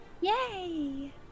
Yay